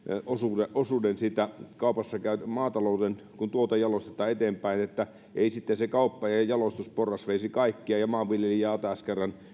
osuuden osuuden siitä kun maatalouden tuote jalostetaan eteenpäin ettei sitten se kauppa ja ja jalostusporras veisi kaikkea ja maanviljelijä jäisi taas kerran